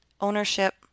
ownership